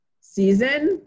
season